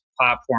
platform